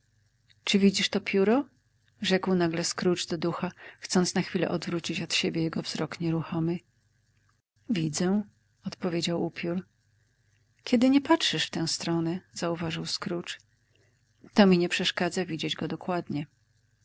czy widzisz to pióro rzekł nagle scrooge do ducha chcąc na chwilę odwrócić od siebie jego wzrok nieruchomy widzę odpowiedział upiór kiedy nie patrzysz w tę stronę zauważył scrooge to mi nie przeszkadza widzieć go dokładnie